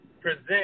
present